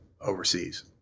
overseas